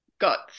got